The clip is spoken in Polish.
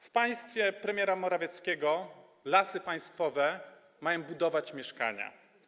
W państwie premiera Morawieckiego Lasy Państwowe mają budować mieszkania.